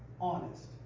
honest